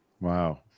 Wow